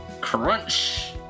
Crunch